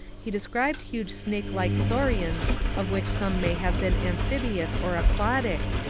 he described huge snake like saurians of which some may have been amphibious or aquatic,